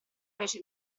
fece